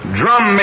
drum